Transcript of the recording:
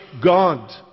God